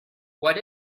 what